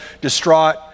distraught